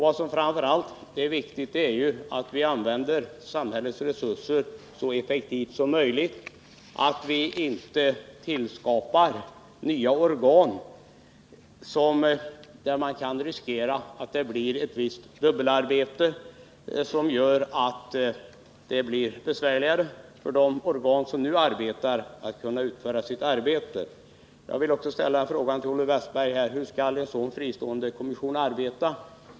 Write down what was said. Vad som framför allt är viktigt är att vi använder samhällets resurser så effektivt som möjligt, att vi inte tillskapar sådana nya organ som medför risk för dubbelarbete och besvärligheter för de organ som nu arbetar att utföra sina uppgifter. Jag vill ställa följande fråga till Olle Westberg i Hofors: Hur skall en sådan här fristående kommission arbeta?